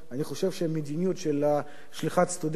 אני חושב שהמדיניות של שליחת סטודנטים